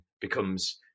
becomes